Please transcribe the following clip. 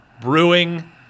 brewing